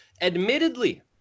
Admittedly